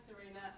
Serena